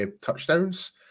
touchdowns